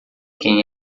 quem